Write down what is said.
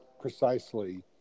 precisely